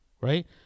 right